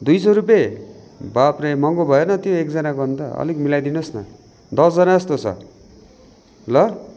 दुई सौ रुपियाँ बाफ रे महँगो भएन त्यो एकजनाको अन्त अलिक मिलाइदिनुहोस् न दसजना जस्तो छ ल